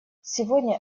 сегодня